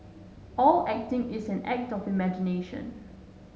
all acting is an act of imagination